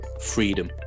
freedom